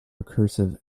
recursive